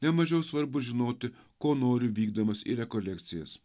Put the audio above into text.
ne mažiau svarbu žinoti ko nori vykdamas į rekolekcijas